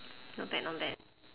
not bad not bad